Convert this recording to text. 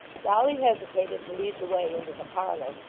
dolly hesitated to lead the way into the parlour,